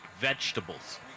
vegetables